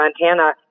Montana